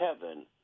heaven